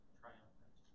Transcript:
triumphant